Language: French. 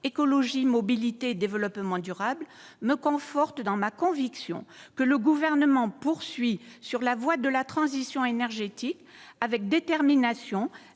Écologie, développement et mobilité durables » me conforte dans la conviction que le Gouvernement poursuit sur la voie de la transition énergétique avec détermination,